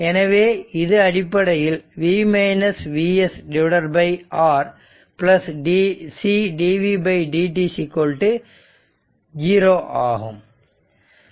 எனவே இது அடிப்படையில் V Vs R c dvd 0 ஆகும்